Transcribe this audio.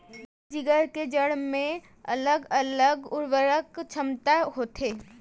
सब्बो जिगर के जड़ म अलगे अलगे उरवरक छमता होथे